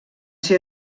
ser